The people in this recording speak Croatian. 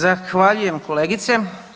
Zahvaljujem kolegice.